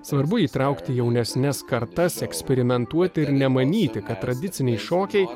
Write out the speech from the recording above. svarbu įtraukti jaunesnes kartas eksperimentuoti ir nemanyti kad tradiciniai šokiai